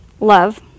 love